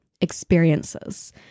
experiences